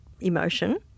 emotion